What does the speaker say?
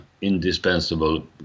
indispensable